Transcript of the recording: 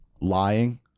lying